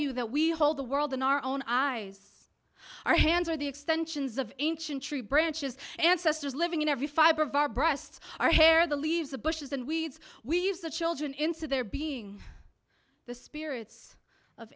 you that we hold the world in our own eyes our hands are the extensions of ancient tree branches ancestors living in every fiber of our breasts our hair the leaves of bushes and weeds weaves the children inside their being the spirits of